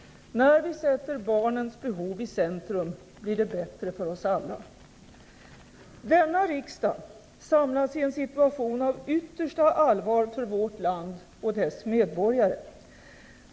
När vi sätter barnens behov i centrum blir det bättre för oss alla! Denna riksdag samlas i en situation av yttersta allvar för vårt land och dess medborgare.